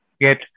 get